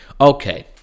okay